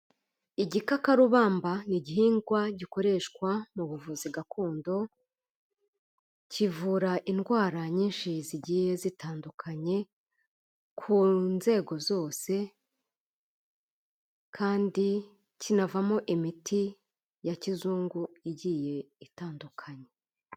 Igikakarubamba ni igihingwa gikoreshwa mu buvuzi gakondo, kivura indwara nyinshi zigiye zitandukanye, ku nzego zose kandi kinavamo imiti ya kizungu igiye itandukanye.